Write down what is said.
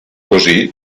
così